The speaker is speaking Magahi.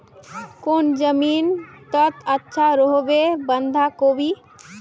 कौन जमीन टत अच्छा रोहबे बंधाकोबी?